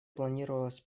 планировалось